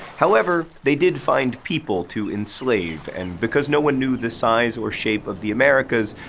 however, they did find people to enslave, and because no one knew the size or shape of the americas,